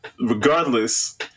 regardless